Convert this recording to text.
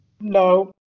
No